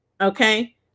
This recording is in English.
Okay